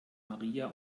maria